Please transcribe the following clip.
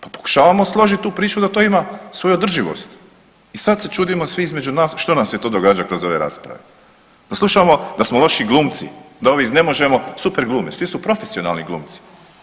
Pa pokušavamo složiti tu priču da to ima svoju održivost i sad se čudimo svi između nas što nam se to događa kroz ove rasprave, da slušamo da smo loši glumci, da ovi iz ne možemo super glume, svi su profesionalni glumci.